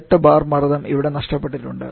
8 bar മർദ്ദം ഇവിടെ നഷ്ടപ്പെട്ടിട്ടുണ്ട്